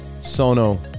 Sono